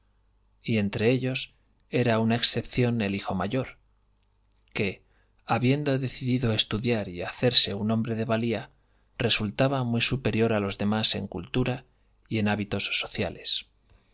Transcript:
y entre ellos era una excepción el hijo mayor que habiendo decidido estudiar y hacerse un hombre de valía resultaba muy superior a los demás en cultura y en hábitos sociales